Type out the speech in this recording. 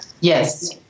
Yes